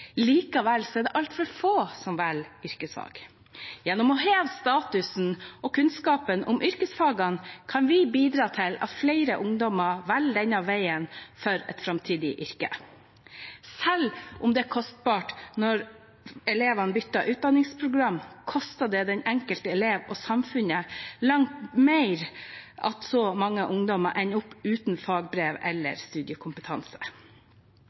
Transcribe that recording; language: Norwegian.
altfor få yrkesfag. Gjennom å heve statusen og kunnskapen om yrkesfagene kan vi bidra til at flere ungdommer velger denne veien til et framtidig yrke. Selv om det er kostbart når elever bytter utdanningsprogram, koster det den enkelte elev og samfunnet langt mer at så mange ungdommer ender opp uten fagbrev eller studiekompetanse.